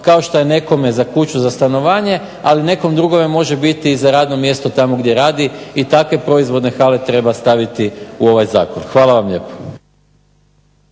kao što je nekome za kuću, za stanovanje, ali nekom drugome može biti i za radno mjesto tamo gdje radi i takve proizvodne hale treba staviti u ovaj Zakon. Hvala vam lijepo.